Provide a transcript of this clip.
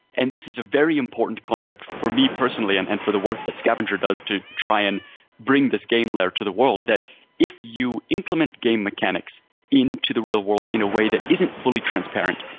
and this is a very important concept for me personally and and for the work that scvngr does to try and bring this game layer to the world that if you implement game mechanics in to the real world in a way that isn't fully transparent,